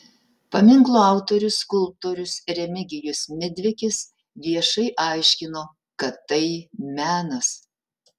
paminklo autorius skulptorius remigijus midvikis viešai aiškino kad tai menas